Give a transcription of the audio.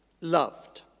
Loved